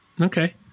Okay